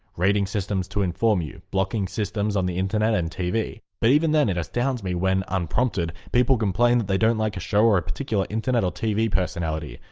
rating systems to inform you, blocking systems on the internet and tv. but even then it astounds me when, unprompted, people complain they don't like a show or a particular internet or tv personality.